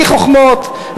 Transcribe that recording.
בלי חוכמות,